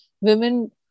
women